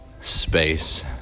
space